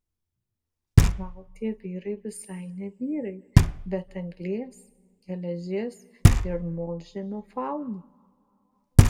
gal tie vyrai visai ne vyrai bet anglies geležies ir molžemio fauna